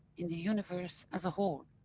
in the universe as a whole.